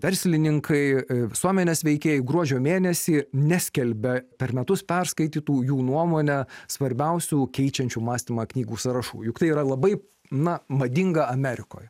verslininkai visuomenės veikėjai gruodžio mėnesį neskelbia per metus perskaitytų jų nuomone svarbiausių keičiančių mąstymą knygų sąrašų juk tai yra labai na madinga amerikoj